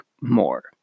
more